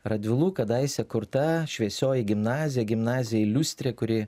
radvilų kadaise kurta šviesioji gimnazija gimnazijai iliustrė kuri